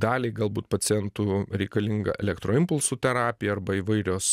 daliai galbūt pacientų reikalinga elektroimpulsų terapija arba įvairios